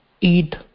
eat